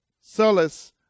solace